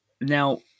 Now